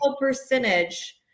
percentage